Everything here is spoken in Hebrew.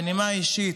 בנימה אישית,